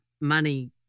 money